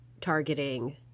targeting